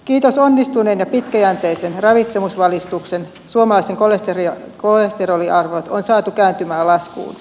kiitos onnistuneen ja pitkäjänteisen ravitsemusvalistuksen suomalaisten kolesteroliarvot on saatu kääntymään laskuun